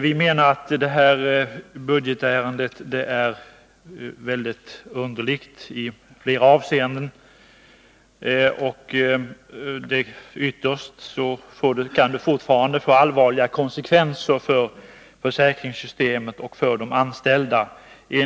Detta budgetärende är enligt vår mening mycket underligt i flera avseenden. Ytterst kan det få allvarliga konsekvenser för försäkringssystemet och för de anställda.